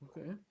Okay